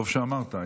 טוב שאמרת.